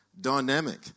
dynamic